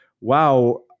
wow